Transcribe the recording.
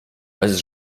bez